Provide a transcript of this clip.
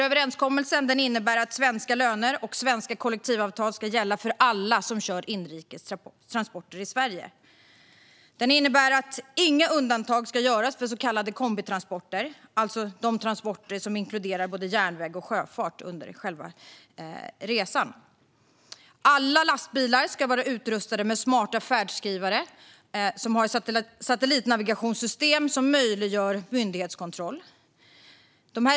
Överenskommelsen innebär att svenska löner och svenska kollektivavtal ska gälla för alla som kör inrikestransporter i Sverige. Den innebär att inga undantag ska göras för så kallade kombitransporter, alltså transporter som inkluderar järnväg eller sjöfart under resan. Alla lastbilar ska vara utrustade med smarta färdskrivare som har satellitnavigationssystem som möjliggör myndighetskontroll.